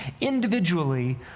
individually